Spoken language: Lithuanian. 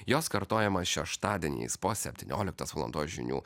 jos kartojimas šeštadieniais po septynioliktos valandos žinių